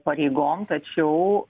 pareigom tačiau